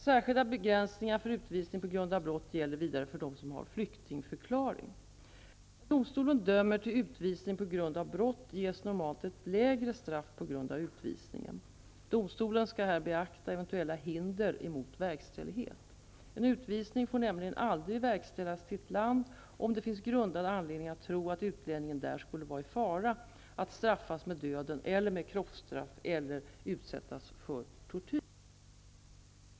Särskilda begränsningar för utvisning på grund av brott gäller vidare för dem som har flyktingförklaring. När domstolen dömer till utvisning på grund av brott ges normalt ett lägre straff på grund av utvisningen. Domstolen skall här beakta eventuella hinder mot verkställighet. En utvisning får nämligen aldrig verkställas till ett land om det finns grundad anledning att tro att utlänningen där skulle vara i fara att straffas med döden eller med kroppsstraff eller att utsättas för tortyr.